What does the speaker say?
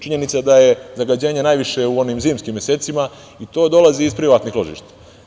Činjenica da je zagađenje najviše u onim zimskim mesecima, i to dolazi iz privatnih ložišta.